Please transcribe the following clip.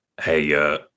Hey